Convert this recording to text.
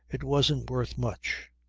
it wasn't worth much.